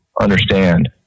understand